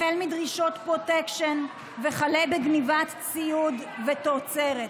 החל בדרישות פרוטקשן וכלה בגנבת ציוד ותוצרת,